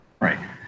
right